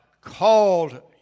called